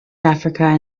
africa